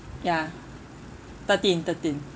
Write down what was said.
ya thirteen thirteen